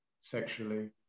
sexually